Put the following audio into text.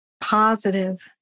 positive